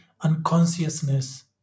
unconsciousness